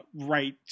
right